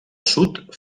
sud